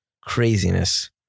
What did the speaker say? craziness